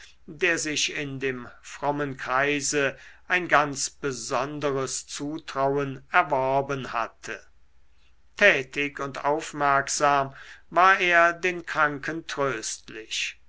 der sich in dem frommen kreise ein ganz besonderes zutrauen erworben hatte tätig und aufmerksam war er den kranken tröstlich